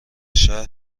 شهر